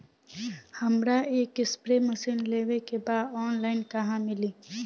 हमरा एक spray machine लेवे के बा ऑनलाइन कहवा मिली?